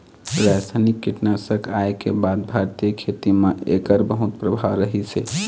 रासायनिक कीटनाशक आए के बाद भारतीय खेती म एकर बहुत प्रभाव रहीसे